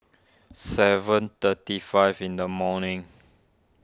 seven thirty five in the morning